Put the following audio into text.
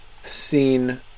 seen